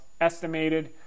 estimated